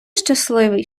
щасливий